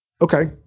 okay